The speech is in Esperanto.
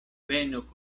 venu